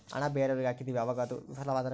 ಹಣ ಬೇರೆಯವರಿಗೆ ಹಾಕಿದಿವಿ ಅವಾಗ ಅದು ವಿಫಲವಾದರೆ?